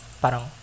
parang